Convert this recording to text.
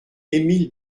emile